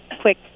Quick